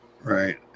Right